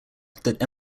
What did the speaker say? that